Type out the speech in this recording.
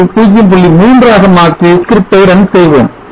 3 ஆக மாற்றி script ஐ ரன் செய்வோம்